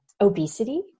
obesity